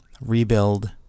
rebuild